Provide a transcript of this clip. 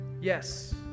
Yes